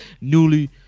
newly